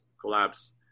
collapse